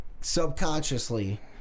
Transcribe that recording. subconsciously